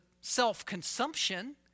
self-consumption